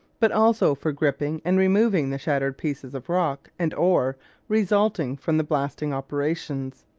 but also for gripping and removing the shattered pieces of rock and ore resulting from the blasting operations.